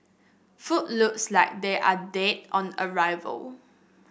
food looks like they are dead on arrival